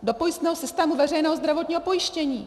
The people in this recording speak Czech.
Do pojistného systému veřejného zdravotního pojištění.